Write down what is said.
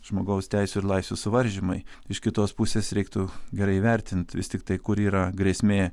žmogaus teisių ir laisvių suvaržymai iš kitos pusės reiktų gerai įvertint vis tiktai kur yra grėsmė